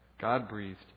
God-breathed